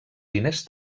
diners